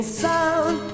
sound